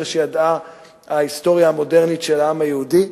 שידעה ההיסטוריה המודרנית של העם היהודי.